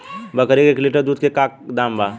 बकरी के एक लीटर दूध के का दाम बा?